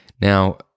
Now